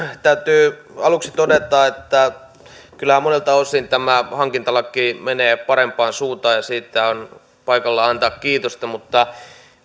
täytyy aluksi todeta että kyllä monilta osin tämä hankintalaki menee parempaan suuntaan ja siitä on paikallaan antaa kiitosta mutta